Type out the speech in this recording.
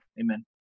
Amen